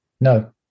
No